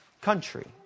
country